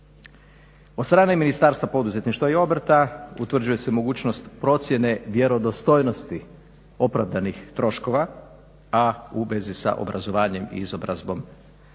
Od strane Ministarstva poduzetništva i obrta utvrđuje se mogućnost procjene vjerodostojnosti opravdanih troškova, a u vez sa obrazovanjem i izobrazbom troškova